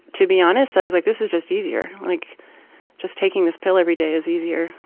to be honest, i was like this is just easier. like just taking this pill every day is easier.